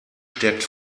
stärkt